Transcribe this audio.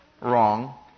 Wrong